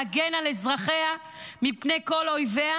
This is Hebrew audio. להגן על אזרחיה מפני כל אויביה,